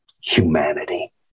humanity